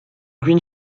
green